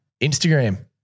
Instagram